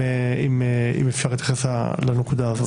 אם אפשר להתייחס לנקודה הזאת.